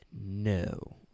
No